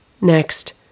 Next